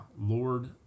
Lord